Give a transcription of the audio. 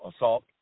assault